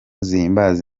zihimbaza